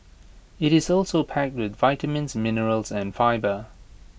IT is also packed with vitamins minerals and fibre